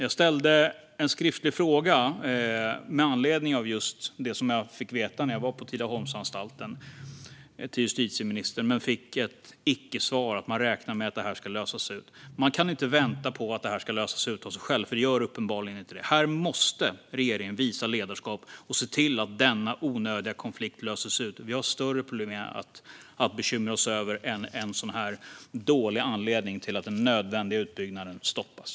Jag ställde en skriftlig fråga till justitieministern med anledning av det som jag fick veta när jag var på Tidaholmsanstalten, men jag fick ett icke-svar: att man räknar med att det ska lösa sig. Men det går inte att vänta på att det ska lösa sig av sig självt, för det gör det uppenbarligen inte. Här måste regeringen visa ledarskap och se till att denna onödiga konflikt löses. Vi har större problem att bekymra oss över än en sådan dålig anledning till att den nödvändiga utbyggnaden stoppas.